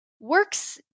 works